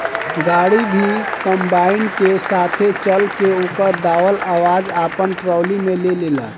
गाड़ी भी कंबाइन के साथे चल के ओकर दावल अनाज आपना टाली में ले लेला